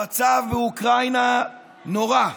המצב באוקראינה נורא,